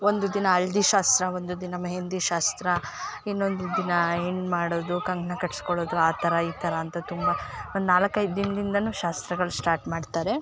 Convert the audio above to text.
ಒಂದು ದಿನ ಹಳ್ದಿ ಶಾಸ್ತ್ರ ಒಂದು ದಿನ ಮೆಹಂದಿ ಶಾಸ್ತ್ರ ಇನ್ನೊಂದು ದಿನ ಏನು ಮಾಡೋದು ಕಂಕಣ ಕಟ್ಸಿಕೊಳ್ಳೋದು ಆ ಥರ ಈ ಥರ ಅಂತ ತುಂಬ ಒಂದು ನಾಲ್ಕು ಐದು ದಿನದಿಂದಾ ಶಾಸ್ತ್ರಗಳು ಸ್ಟಾರ್ಟ್ ಮಾಡ್ತಾರೆ